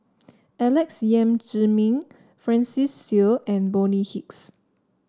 Alex Yam Ziming Francis Seow and Bonny Hicks